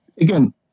again